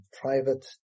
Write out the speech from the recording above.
Private